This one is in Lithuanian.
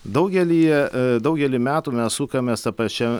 daugelyje daugelį metų mes sukamės ta pačia